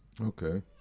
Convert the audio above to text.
Okay